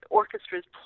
orchestras